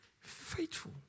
Faithful